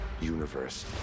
universe